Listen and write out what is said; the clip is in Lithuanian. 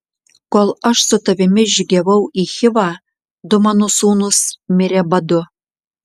kol aš su tavimi žygiavau į chivą du mano sūnūs mirė badu